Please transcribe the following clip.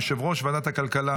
יושב-ראש ועדת הכלכלה